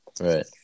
Right